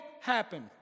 happen